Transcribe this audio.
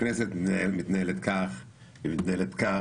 הכנסת מתנהלת כך ומתנהלת כך,